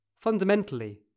Fundamentally